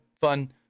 Fun